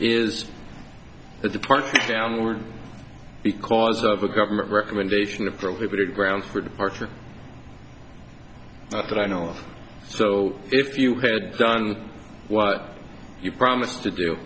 is that the parts were because of a government recommendation of prohibited ground for departure that i know so if you had done what you promised to do